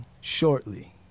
shortly